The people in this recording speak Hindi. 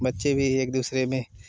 बच्चे भी एक दूसरे में